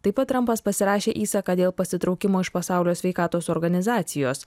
taip pat trampas pasirašė įsaką dėl pasitraukimo iš pasaulio sveikatos organizacijos